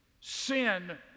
sin